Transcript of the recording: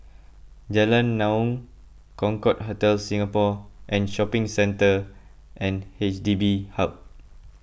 Jalan Naung Concorde Hotel Singapore and Shopping Centre and H D B Hub